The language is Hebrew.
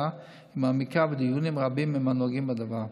ומעמיקה ודיונים רבים עם הנוגעים בדבר.